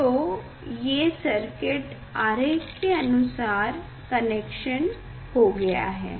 तो ये सर्किट आरेख के अनुसार कनेक्शन हो गया है